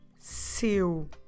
SEU